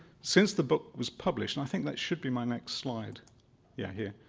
since the book was published, and i think that should be my next slide yeah, here.